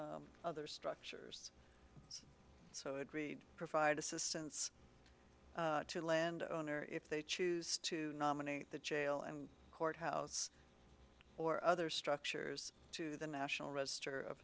about other structures so agreed provide assistance to the landowner if they choose to nominate the jail and courthouse or other structures to the national register of